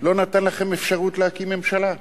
לא נתן לכם אפשרות להקים ממשלה,